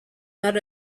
not